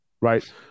Right